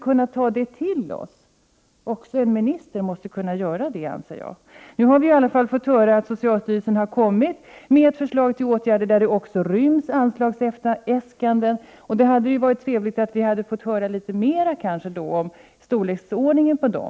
Jag anser att också en minister måste kunna göra det. Nu har vi i alla fall fått höra att socialstyrelsen har lagt fram förslag till åtgärder som också rymmer anslagsäskanden. Det hade varit trevligt att då också få höra litet mer om storleksordningen på dessa.